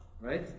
right